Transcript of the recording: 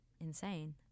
insane